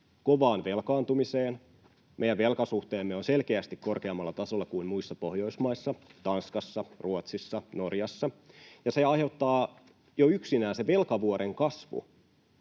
kovaan velkaantumiseen. Meidän velkasuhteemme on selkeästi korkeammalla tasolla kuin muissa Pohjoismaissa Tanskassa, Ruotsissa ja Norjassa, ja jo yksinään se velkavuoren kasvu,